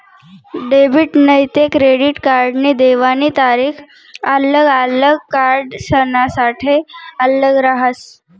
debit नैते credit कार्डनी देवानी तारीख आल्लग आल्लग कार्डसनासाठे आल्लग रहास